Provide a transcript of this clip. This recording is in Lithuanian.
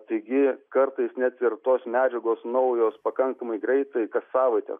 taigi kartais net ir tos medžiagos naujos pakankamai greitai kas savaitę